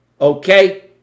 Okay